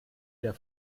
der